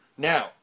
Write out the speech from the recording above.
Now